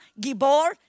Gibor